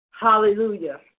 Hallelujah